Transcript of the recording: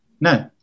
no